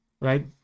right